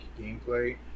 gameplay